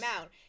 out